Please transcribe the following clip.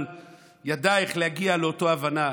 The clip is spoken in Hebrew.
אבל ידע איך להגיע לאותה הבנה.